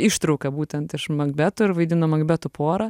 ištrauką būtent iš makbeto ir vaidinom makbetų porą